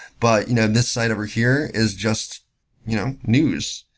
but you know this site over here is just you know news.